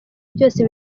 byose